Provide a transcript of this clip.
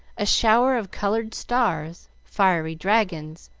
a shower of colored stars, fiery dragons,